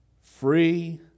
free